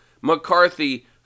McCarthy